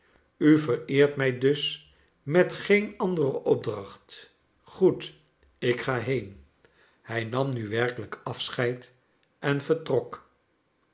u vereert mij us met geen andere opdracht g oed ik ga heen hij nam nu werkelijk afscheid en vertrok